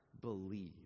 believe